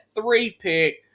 three-pick –